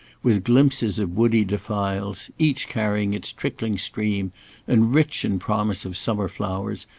with glimpses of woody defiles, each carrying its trickling stream and rich in promise of summer flowers,